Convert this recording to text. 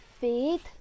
faith